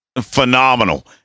phenomenal